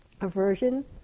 Aversion